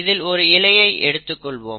இதில் ஒரு இழையை எடுத்துக்கொள்வோம்